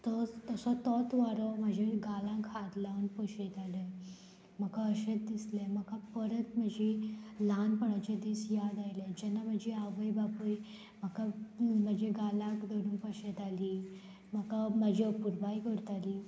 तो तसो तोच वारो म्हाजे गालांक हात लावन पोशयताले म्हाका अशेंच दिसलें म्हाका परत म्हजी ल्हानपणाचे दीस याद आयले जेन्ना म्हजी आवय बापूय म्हाका म्हज्या गालांक धरून पोशयताली म्हाका म्हजी अपूर्बाय करताली